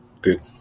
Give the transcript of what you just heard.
Good